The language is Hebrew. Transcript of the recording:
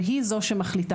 והיא זו שמחליטה.